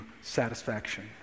satisfaction